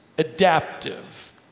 adaptive